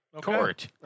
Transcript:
Court